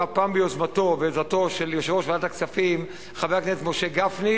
והפעם ביוזמתו ובעזרתו של יושב-ראש ועדת הכספים חבר הכנסת משה גפני,